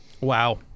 Wow